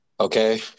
Okay